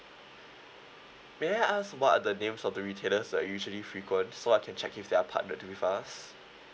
may I ask what are the names of the retailers that you usually frequent so I can check if there are partnered with us